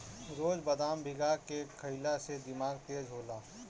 रोज बदाम भीगा के खइला से दिमाग तेज होला